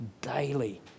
daily